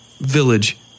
Village